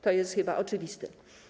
To jest chyba oczywiste.